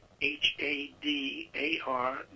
H-A-D-A-R